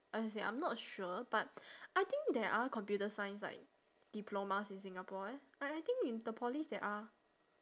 I say I'm not sure but I think there are computer science like diplomas in singapore eh I I think in the polys there are